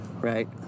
right